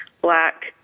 black